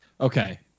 Okay